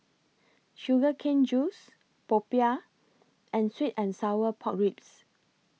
Sugar Cane Juice Popiah and Sweet and Sour Pork Ribs